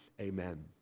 Amen